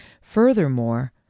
Furthermore